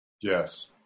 Yes